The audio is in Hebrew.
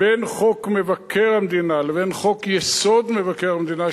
בין חוק מבקר המדינה לבין חוק-יסוד: מבקר המדינה,